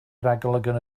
ragolygon